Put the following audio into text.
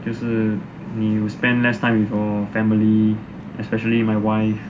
就是 you will spend less time with your family especially my wife